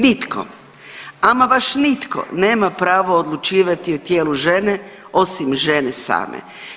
Nitko, ama baš nitko nema pravo odlučivati o tijelu žene osim žene same.